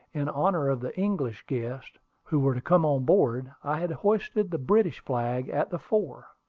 in honor of the english guests who were to come on board, i had hoisted the british flag at the fore.